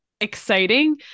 exciting